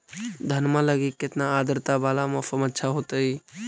धनमा लगी केतना आद्रता वाला मौसम अच्छा होतई?